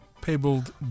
pebbled